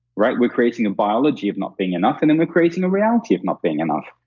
right? we're creating a biology of not being enough, and then we're creating a reality of not being enough.